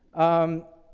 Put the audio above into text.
um,